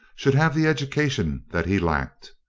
should have the education that he lacked.